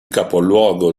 capoluogo